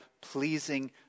pleasing